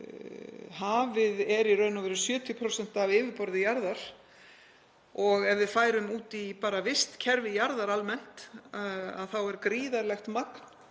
hafið er í raun og veru 70% af yfirborði jarðar og ef við færum út í bara vistkerfi jarðar almennt þá er gríðarlegt magn